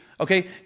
Okay